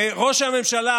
וראש הממשלה,